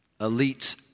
elite